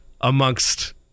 amongst